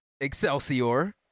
Excelsior